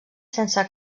sense